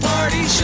Party